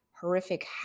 horrific